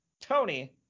Tony